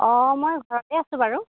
অঁ মই ঘৰতে আছোঁ বাৰু